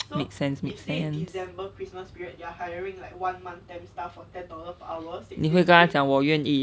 make sense make sense 你会跟他讲你愿意